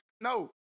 No